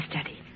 study